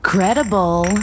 Credible